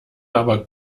aber